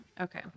Okay